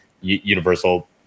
Universal